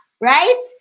right